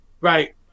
right